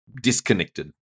disconnected